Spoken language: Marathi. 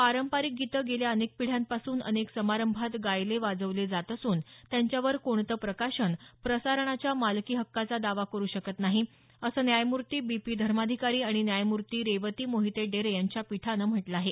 पारंपारिक गीतं गेल्या अनेक पिढ्यांपासून अनेक समारंभात गायले वाजवले जात असून त्यांच्यावर कोणतं प्रकाशन प्रसारणाच्या मालकी हक्काचा दावा करु शकत नाही असं न्यायमूर्ती बी पी धर्माधिकारी आणि न्यायमूर्ती रेवती मोहिते डेरे यांच्या खंडपीठानं म्हटलं आहे